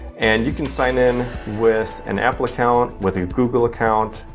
and you can sign in with an apple account, with your google account,